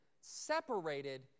separated